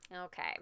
Okay